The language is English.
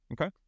Okay